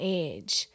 age